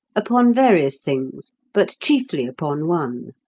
upon various things, but chiefly upon one.